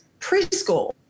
preschool